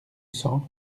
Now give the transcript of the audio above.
sang